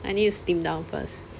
I need to slim down first